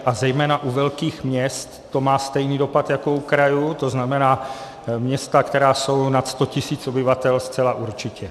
A zejména u velkých měst to má stejný dopad jako u krajů, to znamená, města, která jsou nad 100 000 obyvatel, zcela určitě.